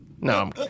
no